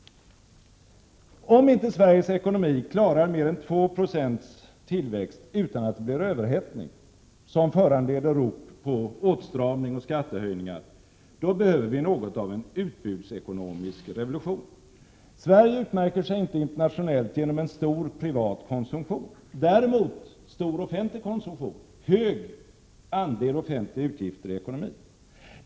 Om inte Sveriges ekonomi klarar mer än 2 Fo tillväxt utan att det blir överhettning, som föranleder rop på åtstramning och skattehöjningar, då behöver vi något av en utbudsekonomisk revolution. Sverige utmärker sig inte internationellt genom en stor privat konsumtion — däremot genom en stor offentlig konsumtion, en hög andel offentliga utgifter i ekonomin.